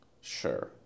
Sure